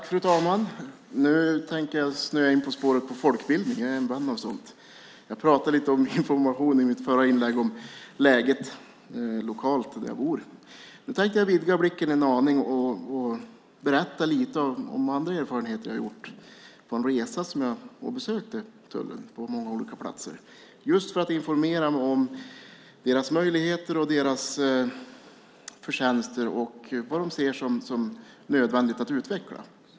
Fru talman! Nu tänker jag snöa in på folkbildningsspåret. Jag är inblandad i sådant. Jag pratade lite om information i mitt förra inlägg, om läget lokalt där jag bor. Nu tänkte jag vidga blicken en aning och berätta lite om andra erfarenheter jag har gjort från en resa där jag besökte tullen på många olika platser, just för att informera mig om deras möjligheter och deras förtjänster och vad de ser som nödvändigt att utveckla.